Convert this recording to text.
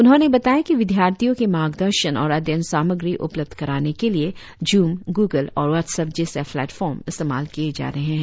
उन्होंने बताया कि विद्यार्थियों के मार्गदर्शन और अध्ययन सामग्री उपलब्ध कराने के लिए जूम गूगल और व्हाट्सअप जैसे प्लेटफार्म इस्तेमाल किए जा रहे हैं